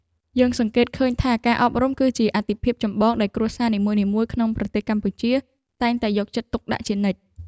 យើងសង្កេតឃើញថាការអប់រំគឺជាអាទិភាពចម្បងដែលគ្រួសារនីមួយៗក្នុងប្រទេសកម្ពុជាតែងតែយកចិត្តទុកដាក់ជានិច្ច។